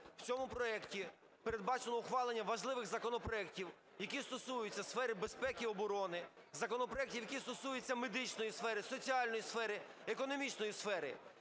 В цьому проекті передбачено ухвалення важливих законопроектів, які стосуються сфери безпеки і оборони, законопроектів, які стосуються медичної сфери, соціальної сфери, економічної сфери,